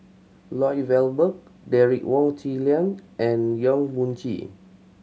Lloyd Valberg Derek Wong Zi Liang and Yong Mun Chee